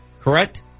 Correct